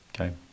Okay